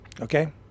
Okay